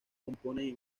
componen